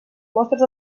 mostres